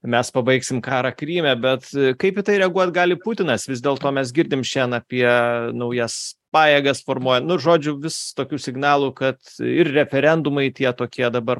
mes pabaigsim karą kryme bet kaip į tai reaguot gali putinas vis dėl to mes girdim šian apie naujas pajėgas formuoja nu žodžiu vis tokių signalų kad ir referendumai tie tokie dabar